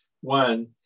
one